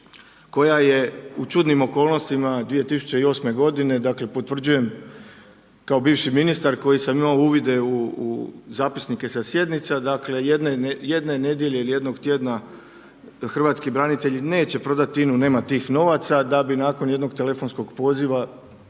koja je u čudnim okolnostima 2008. godine, dakle potvrđujem kao bivši ministar koji sam imao uvide u zapisnike sa sjednica, dakle jedne nedjelje ili jednog tjedna hrvatski branitelji neće prodati INA-u, nema tih novaca da bi nakon jednog telefonskog poziva